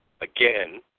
Again